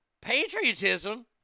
Patriotism